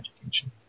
education